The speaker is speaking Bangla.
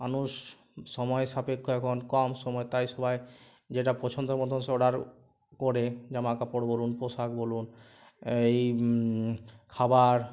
মানুষ সময় সাপেক্ষ এখন কম সময় তাই সবাই যেটা পছন্দর মতন সেটার করে জামা কাপড় বলুন পোশাক বলুন এই খাবার